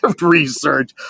research